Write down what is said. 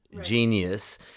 genius